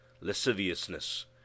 lasciviousness